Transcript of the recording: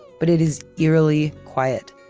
but it is eerily quiet.